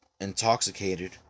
intoxicated